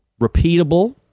repeatable